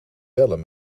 bellen